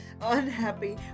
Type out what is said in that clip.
unhappy